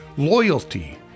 loyalty